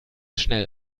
schnell